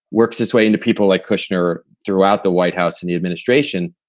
works its way into people like kushner throughout the white house in the administration,